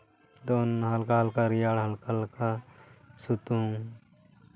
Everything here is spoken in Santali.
ᱛᱚᱠᱷᱚᱱ ᱦᱟᱞᱠᱟ ᱦᱟᱞᱠᱟ ᱨᱮᱭᱟᱲᱟ ᱦᱟᱞᱠᱟ ᱦᱟᱞᱠᱟ ᱥᱤᱛᱩᱝ